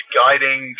guiding